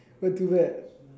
not too bad